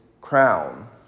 crown